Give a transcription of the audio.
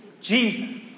Jesus